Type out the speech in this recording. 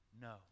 No